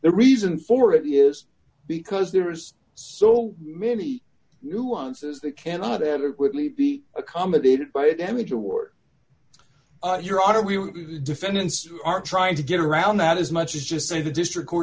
the reason for it is because there's so many nuances that cannot adequately be accommodated by damage award your honor we defendants are trying to get around that as much as just say the district